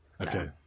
Okay